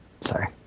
Sorry